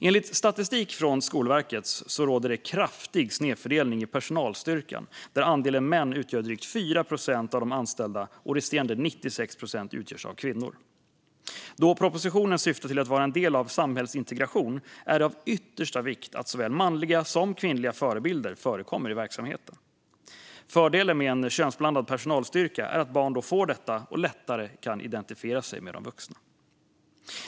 Enligt statistik från Skolverket råder kraftig snedfördelning i personalstyrkan där andelen män utgör drygt 4 procent av de anställda och resterande 96 procent utgörs av kvinnor. Eftersom propositionens förslag syftar till att vara en del av en samhällsintegration, är det av yttersta vikt att såväl manliga som kvinnliga förebilder förekommer i verksamheten. Fördelen med en könsblandad personalstyrka är att barn då får detta och lättare kan identifiera sig med de vuxna.